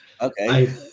okay